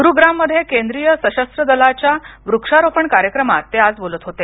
गुरूग्राम मध्ये केंद्रीय सशस्त्र दलाच्या वृक्षारोपण कार्यक्रमात ते आज बोलत होते